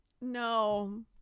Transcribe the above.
no